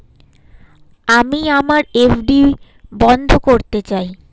আমি আমার এফ.ডি বন্ধ করতে চাই